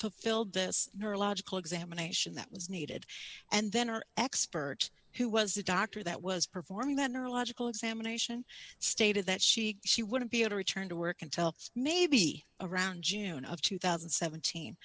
fulfilled this neurological examination that was needed and then our expert who was a doctor that was performing that neurological examination stated that she she wouldn't be able to return to work until maybe around june of two thousand and seventeen